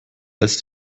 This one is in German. als